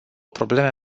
probleme